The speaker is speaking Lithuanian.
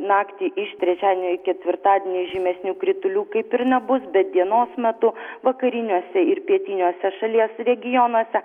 naktį iš trečiadienio į ketvirtadienį žymesnių kritulių kaip ir nebus bet dienos metu vakariniuose ir pietiniuose šalies regionuose